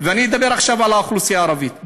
ואני אדבר עכשיו על האוכלוסייה הערבית.